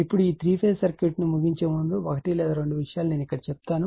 ఇప్పుడు ఈ 3 ఫేజ్ సర్క్యూట్ను ముగించే ముందు ఒకటి లేదా రెండు విషయాలు నేను ఇక్కడ చెబుతాను